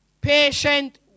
Patient